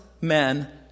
men